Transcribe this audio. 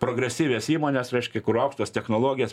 progresyvias įmones reiškia kur aukštos technologijos